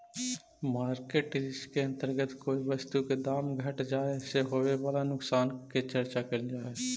market risk के अंतर्गत कोई वस्तु के दाम घट जाए से होवे वाला नुकसान के चर्चा कैल जा हई